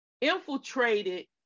infiltrated